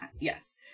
yes